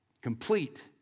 complete